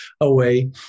away